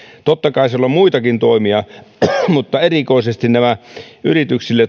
totta kai siellä on muitakin toimia mutta erityisesti näitä yrityksille